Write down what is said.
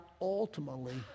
ultimately